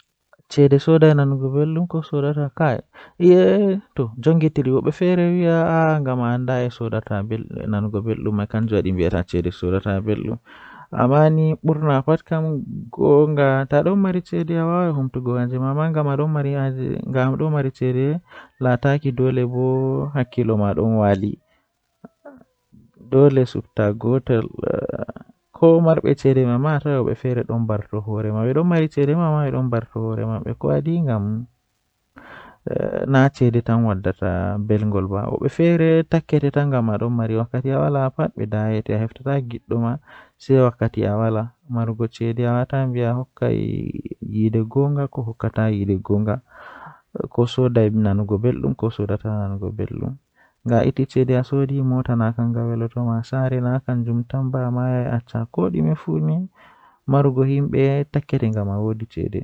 Ko mi ɓurɗaa yiɗuki haa asaweere tomi heɓi siwtaare E njalbi ɗiɗɗi, miɗo yiɗi waɗde jokkondirde e mawniraaɓe e rewbataaɗe miijii. Miɗo yiɗi faalaa ko waɗde hooɓe e keewal walla miɗo waɗde laawol torooji ngam ɓurnde nder cuɓoraaɗi.